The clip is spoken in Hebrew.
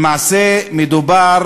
למעשה, מדובר